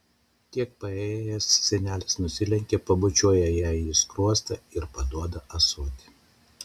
kiek paėjėjęs senelis nusilenkia pabučiuoja jai į skruostą ir paduoda ąsotį